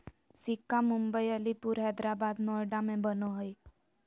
सिक्का मुम्बई, अलीपुर, हैदराबाद, नोएडा में बनो हइ